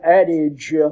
adage